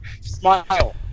Smile